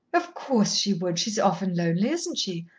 of course she would. she's often lonely, isn't she?